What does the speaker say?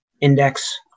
index